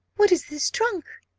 what is this trunk?